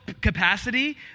capacity